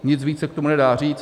Nic víc se k tomu nedá říct.